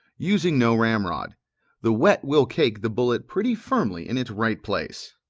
using no ramrod the wet will cake the bullet pretty firmly in its right place.